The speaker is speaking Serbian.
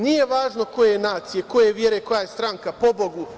Nije važno koje je nacije, koje je vere, koja je stranka, pobogu.